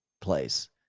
place